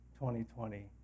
2020